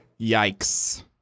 Yikes